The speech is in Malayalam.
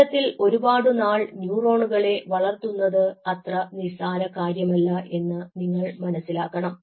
ഇത്തരത്തിൽ ഒരുപാടുനാൾ ന്യൂറോണുകളെ വളർത്തുന്നത് അത്ര നിസ്സാര കാര്യമല്ല എന്ന് നിങ്ങൾ മനസ്സിലാക്കണം